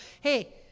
hey